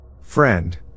Friend